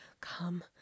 Come